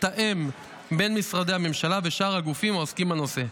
מתאם בין משרדי הממשלה ושאר הגופים העוסקים בנושא.